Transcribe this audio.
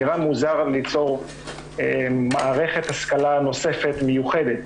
נראה מוזר ליצור מערכת השכלה נוספת מיוחדת.